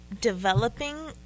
developing